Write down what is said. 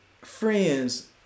Friends